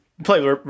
Play